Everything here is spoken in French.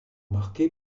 marquée